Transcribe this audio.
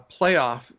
playoff